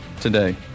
today